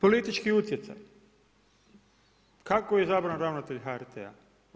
Politički utjecaj, kako je izabran ravnatelj HRT-a?